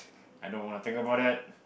I don't wanna think about that